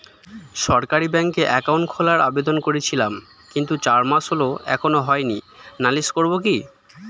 সরকারি ব্যাংকে একাউন্ট খোলার আবেদন করেছিলাম কিন্তু চার মাস হল এখনো হয়নি নালিশ করব কি?